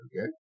okay